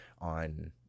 on